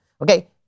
Okay